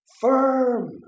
firm